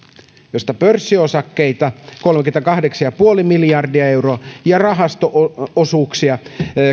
pörssiosakkeita kolmekymmentäkahdeksan pilkku viisi miljardia euroa ja rahasto osuuksia